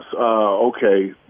Okay